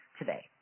today